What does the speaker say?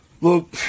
Look